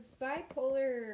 bipolar